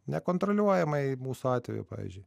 nekontroliuojamai mūsų atveju pavyzdžiui